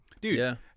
Dude